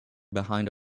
behind